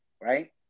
right